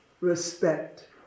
respect